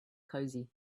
cosy